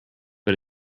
but